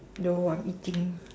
no I'm eating